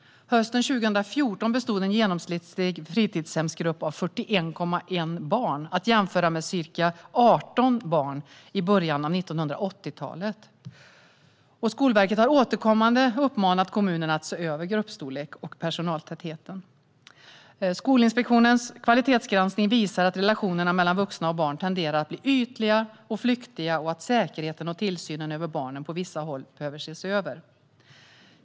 Hösten 2014 bestod en genomsnittlig fritidshemgrupp av 41,1 barn att jämföra med ca 18 barn i början av 1980-talet. Skolverket har återkommande uppmanat kommunerna att se över gruppstorlek och personaltäthet. Skolinspektionens kvalitetsgranskning visar att relationerna mellan vuxna och barn tenderar att bli ytliga och flyktiga och att säkerheten och tillsynen över barnen på vissa håll behöver ses över.